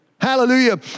Hallelujah